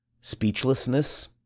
Speechlessness